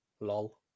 lol